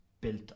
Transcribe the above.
built